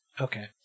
Okay